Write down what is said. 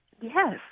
Yes